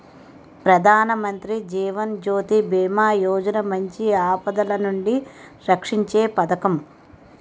ప్రధానమంత్రి జీవన్ జ్యోతి బీమా యోజన మంచి ఆపదలనుండి రక్షీంచే పదకం